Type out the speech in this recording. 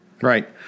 Right